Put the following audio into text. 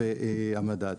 והמדד.